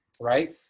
Right